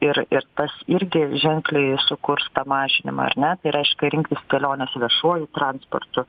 ir ir tas irgi ženkliai sukurs tą mažinimą ar ne tai reiškia rinktis keliones viešuoju transportu